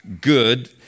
good